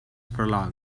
prologue